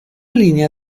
línea